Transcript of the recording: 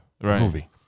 movie